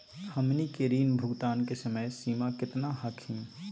हमनी के ऋण भुगतान के समय सीमा केतना हखिन?